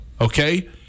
okay